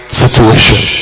situation